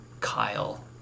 Kyle